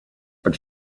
but